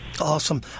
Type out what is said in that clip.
Awesome